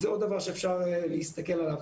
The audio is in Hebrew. זה עוד דבר שאפשר להסתכל עליו.